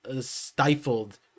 stifled